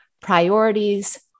priorities